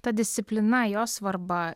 ta disciplina jos svarba